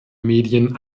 medien